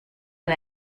and